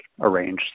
arranged